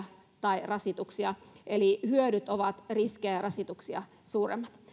tai rasituksia eli hyödyt ovat riskejä ja rasituksia suuremmat